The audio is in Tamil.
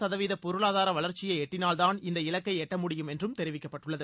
சதவீத பொருளாதார வளர்ச்சியை எட்டினால்தான் இந்த இலக்கை எட்ட எட்டு முடியும் என்றும் தெரிவிக்கப்பட்டுள்ளது